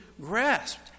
grasped